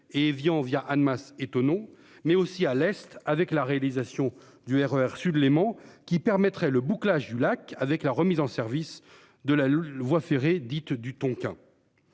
et Évian via Annemasse et tonneau mais aussi à l'Est avec la réalisation du RER Sud-Léman qui permettrait le bouclage du lac avec la remise en service de la voie ferrée dite du Tonkin.